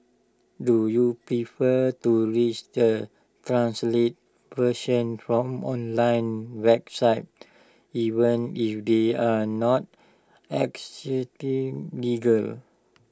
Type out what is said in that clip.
do you prefer to read the translated version from online websites even if they are not legal